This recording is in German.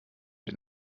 den